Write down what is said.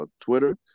Twitter